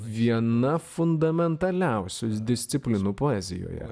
viena fundamentaliausių disciplinų poezijoje